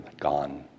Gone